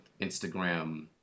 Instagram